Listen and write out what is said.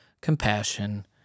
compassion